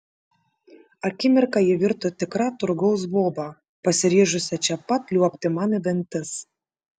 akimirką ji virto tikra turgaus boba pasiryžusia čia pat liuobti man į dantis